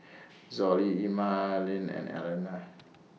Zollie Emmaline and Elaina